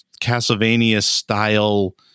Castlevania-style